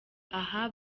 aha